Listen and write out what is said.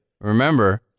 Remember